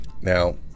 Now